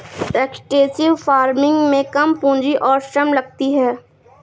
extensive farming में कम पूंजी और श्रम लगती है